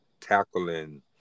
tackling